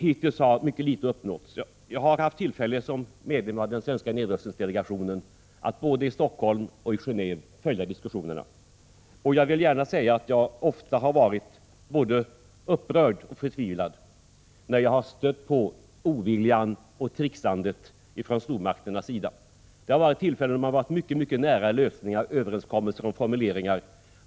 Hittills har mycket litet uppnåtts. Jag har haft tillfälle som medlem av den svenska nedrustningsdelegationen att både i Helsingfors och i Genéve följa diskussionerna. Jag vill gärna säga att jag ofta har varit både upprörd och förtvivlad när jag har stött på oviljan och tricksandet från stormakternas sida. Det har funnits tillfällen då man har varit mycket nära lösningar, överenskommelser om formuleringar.